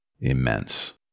immense